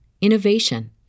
innovation